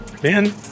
Ben